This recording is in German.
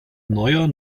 neuer